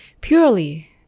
purely